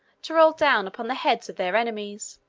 to roll down upon the heads of their enemies.